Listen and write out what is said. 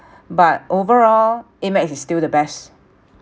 but overall Amex is still the best